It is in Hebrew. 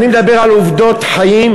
אני מדבר על עובדות חיים,